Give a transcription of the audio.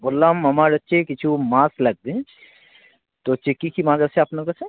বললাম আমার হচ্ছে কিছু মাছ লাগবে তো হচ্ছে কী কী মাছ আছে আপনার কাছে